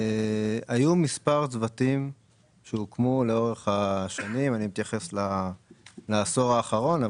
היו מספר צוותים שהוקמו לאורך השנים; אני מתייחס לעשור האחרון,